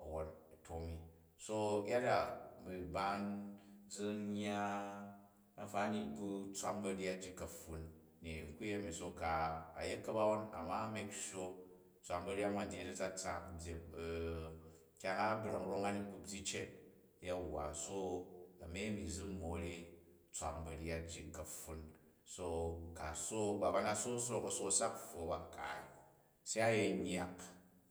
a wwon u̱ tom i. So iyaddu u ba zi yya ku yemi. So ku̱ a̱ yet ka̱banwon amma a̱ make snn tswan ba̱nyat nwan ji yet ntsatsak. U̱ byyi kyang a bra̱ng rong a ni ku byyi cet ynuwa. So a̱mi a̱mi zi n more tswam ba̱ryat ji kaptwu so ku̱ a sook, b ba na kpo sook sook a̱ sook a̱ sak u pfwo ba kaai se a yen yyak